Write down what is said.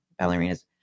ballerinas